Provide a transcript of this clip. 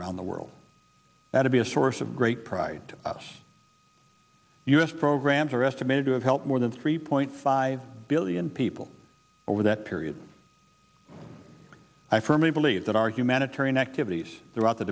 around the world now to be a source of great pride to us programs are estimated to have helped more than three point five billion people over that period i firmly believe that our humanitarian activities throughout the